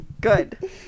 Good